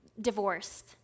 divorced